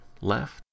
left